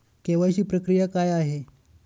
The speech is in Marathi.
के.वाय.सी प्रक्रिया काय आहे?